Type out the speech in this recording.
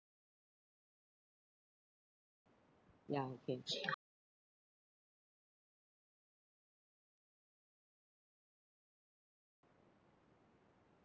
ya okay